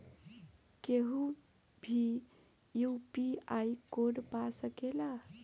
केहू भी UPI code पा सकेला?